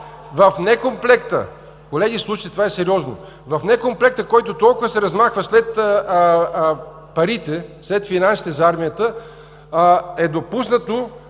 и реплики.) Колеги, слушайте, това е сериозно. В некомплекта, който толкова се размахва след парите, след финансите за армията, е допуснато